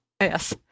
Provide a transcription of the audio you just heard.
Yes